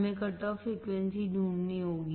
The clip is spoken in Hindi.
हमें कट ऑफ फ्रीक्वेंसी ढूंढनी होगी